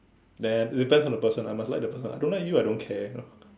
nah depends on the person I must like the person I don't like you I don't care you know